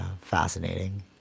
fascinating